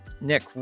Nick